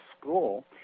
school